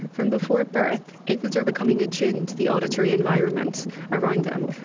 from before birth, infants are becoming attuned to the auditory environment around them,